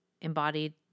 embodied